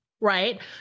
Right